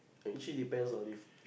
like actually depends on leave